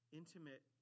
intimate